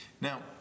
Now